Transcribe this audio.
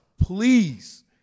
Please